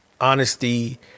honesty